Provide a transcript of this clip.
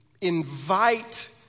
invite